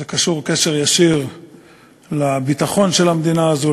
זה קשור קשר ישיר לביטחון של המדינה הזו,